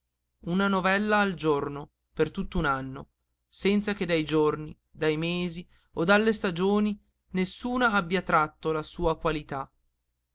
una novella al giorno per tutt'un anno senza che dai giorni dai mesi o dalle stagioni nessuna abbia tratto la sua qualità